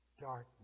Darkness